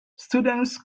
students